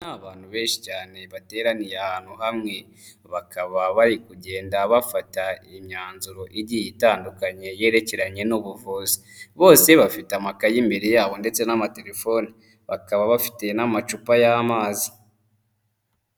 Abantu benshi cyane bateraniye ahantu hamwe, bakaba bari kugenda bafata imyanzuro igiye itandukanye yerekeranye n'ubuvuzi bose bafite amakaye imbere yabo ndetse n'amatelefoni, bakaba bafite n'amacupa y'amazi.